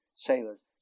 Sailors